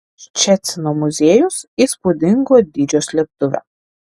ščecino muziejus įspūdingo dydžio slėptuvė